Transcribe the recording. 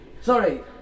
Sorry